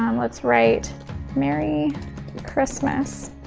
um let's write merry christmas.